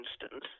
instance